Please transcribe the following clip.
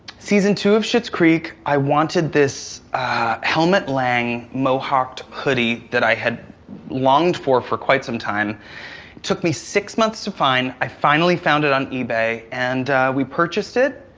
season two of schitt's creek i wanted this helmut lang mohawked hoodie that i had longed for for quite some time. it took me six months to find. i finally found it on ebay and we purchased it,